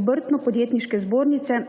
Obrtno-podjetniške zbornice,